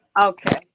Okay